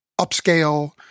upscale